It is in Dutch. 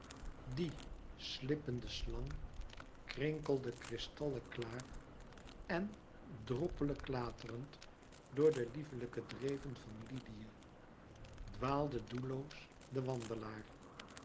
die slippende slang krinkelde kristalleklaar en droppele klaterend door de lieflijke dreven van lydië dwaalde doelloos de wandelaar